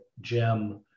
gem